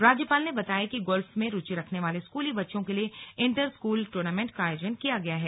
राज्यपाल ने बताया कि गोल्फ मे रूचि रखने वाले स्कूली बच्चों के लिए इण्टर स्कूल टूर्नामेंट का आयोजन किया गया है